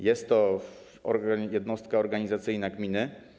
Jest to jednostka organizacyjna gminy.